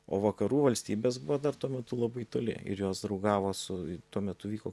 o vakarų valstybės buvo dar tuo metu labai toli ir jos draugavo su tuo metu vyko